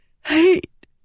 Hate